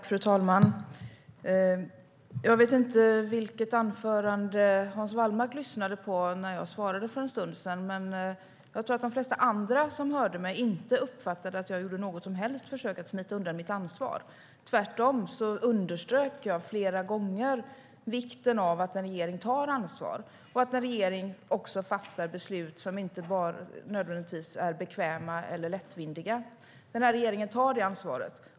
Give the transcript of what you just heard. Fru talman! Jag vet inte vilket anförande Hans Wallmark lyssnade på när jag svarade för en stund sedan. Men jag tror att de flesta andra som hörde mig inte uppfattade att jag gjorde något som helst försök att smita undan mitt ansvar. Tvärtom underströk jag flera gånger vikten av att en regering tar ansvar och att en regering också fattar beslut som inte nödvändigtvis är bekväma eller lättvindiga. Den här regeringen tar det ansvaret.